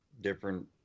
different